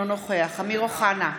אינו נוכח אמיר אוחנה,